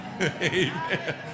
Amen